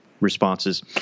Responses